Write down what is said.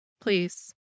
Please